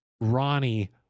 ronnie